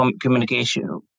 communication